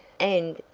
and,